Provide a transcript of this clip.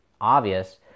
obvious